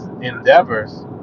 endeavors